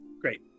great